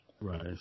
Right